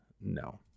No